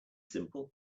simple